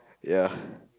ya